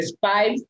five